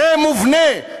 זה מובנה,